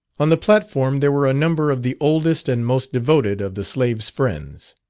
on the platform there were a number of the oldest and most devoted of the slave's friends.